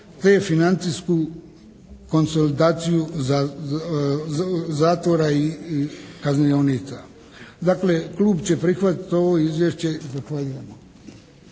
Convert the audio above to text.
te financijsku konsolidaciju zatvora i kaznionica. Dakle klub će prihvatiti ovo izvješće. Zahvaljujem.